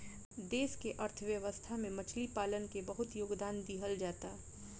देश के अर्थव्यवस्था में मछली पालन के बहुत योगदान दीहल जाता